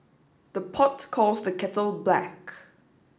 the pot calls the kettle black